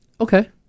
Okay